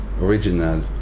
original